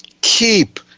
Keep